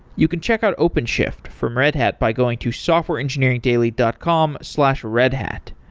you can check out openshift from red hat by going to softwareengineeringdaily dot com slash redhat.